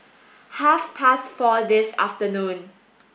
half past four this afternoon